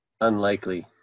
unlikely